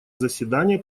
заседание